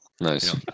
Nice